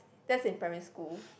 that's in primary school